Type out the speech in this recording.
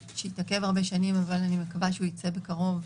שהתעכב הרבה שנים אבל אני מקווה שהוא ייצא בקרוב,